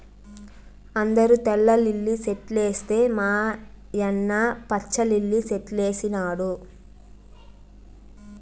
అందరూ తెల్ల లిల్లీ సెట్లేస్తే మా యన్న పచ్చ లిల్లి సెట్లేసినాడు